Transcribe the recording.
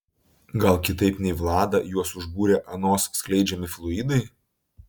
gal kitaip nei vladą juos užbūrė anos skleidžiami fluidai